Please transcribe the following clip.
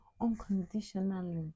unconditionally